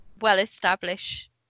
well-established